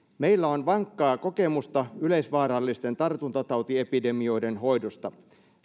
meillä on vankkaa kokemusta yleisvaarallisten tartuntatauti epidemioiden hoidosta